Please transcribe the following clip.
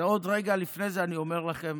ועוד רגע לפני זה אני אומר לכם